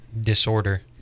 disorder